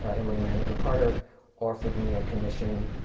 ah emily mann at mccarter offered me a commission